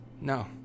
No